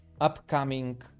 upcoming